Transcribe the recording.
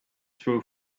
true